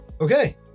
Okay